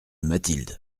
mathilde